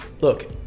look